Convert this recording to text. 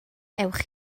ewch